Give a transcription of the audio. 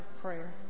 prayer